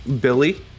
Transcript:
Billy